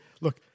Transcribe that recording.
look